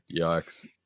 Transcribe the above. Yikes